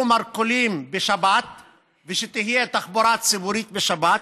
מרכולים בשבת ושתהיה תחבורה ציבורית בשבת